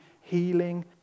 healing